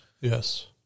Yes